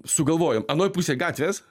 sugalvojom anoj pusėj gatvės